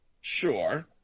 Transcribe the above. Sure